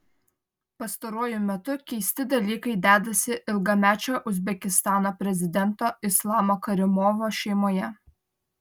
pastaruoju metu keisti dalykai dedasi ilgamečio uzbekistano prezidento islamo karimovo šeimoje